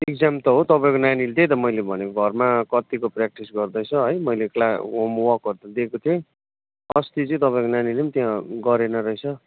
exam त हो तपाईँको नानीले त्यही त मैले भनेको घरमा कतिको प्र्याक्टिस गर्दैछ है मैले क्ला होमवर्कहरू दिएको थिएँ अस्ति चाहिँ तपाईँको नानीलेम त्यहाँ गरेन रहेछ